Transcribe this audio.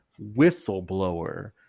whistleblower